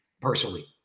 personally